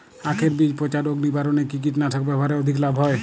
আঁখের বীজ পচা রোগ নিবারণে কি কীটনাশক ব্যবহারে অধিক লাভ হয়?